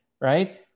Right